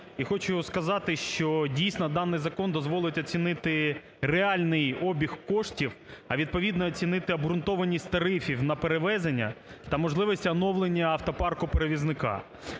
І хочу сказати, що, дійсно, даний закон дозволить оцінити реальний обіг коштів, а відповідно оцінити обґрунтованість тарифів на перевезення та можливість оновлення автопарку перевізника.